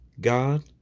God